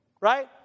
right